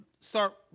start